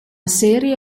serie